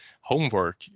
homework